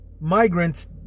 migrants